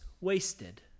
wasted